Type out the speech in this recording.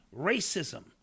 racism